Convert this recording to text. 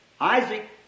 Isaac